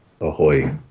ahoy